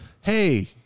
Hey